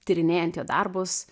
tyrinėjant jo darbus